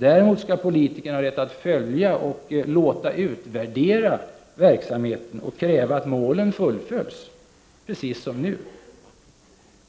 Däremot skall politikerna ha rätt att följa och låta utvärdera verksamheten och kräva att målen fullföljs, precis som nu.